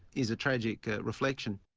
is a tragic reflection.